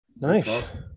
Nice